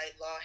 law